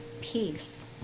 peace